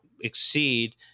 exceed